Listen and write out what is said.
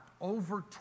over